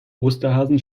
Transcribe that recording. osterhasen